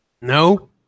No